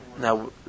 Now